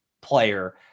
player